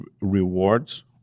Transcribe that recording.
rewards